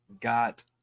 got